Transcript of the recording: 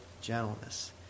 gentleness